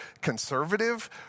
conservative